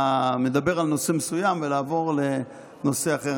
מדבר על נושא מסוים ולעבור לנושא אחר.